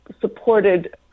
supported